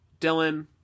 Dylan